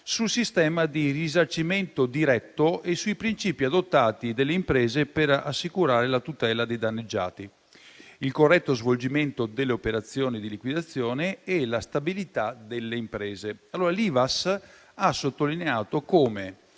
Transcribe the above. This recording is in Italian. sul sistema di risarcimento diretto e sui principi adottati dalle imprese per assicurare la tutela dei danneggiati, il corretto svolgimento delle operazioni di liquidazione e la stabilità delle imprese. L'Ivass ha sottolineato come